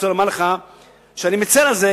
אני רוצה לומר לך שאני מצר על זה,